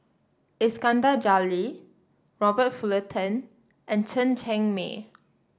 Iskandar Jalil Robert Fullerton and Chen Cheng Mei